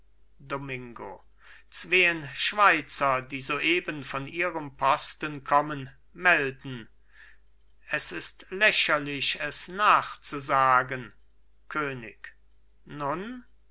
domingo zween schweizer die soeben von ihrem posten kommen melden es ist lächerlich es nachzusagen könig nun